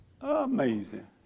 Amazing